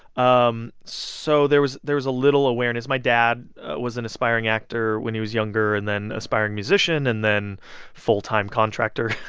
um so there was there was a little awareness. my dad was an aspiring actor when he was younger, and then aspiring musician and then full-time contractor.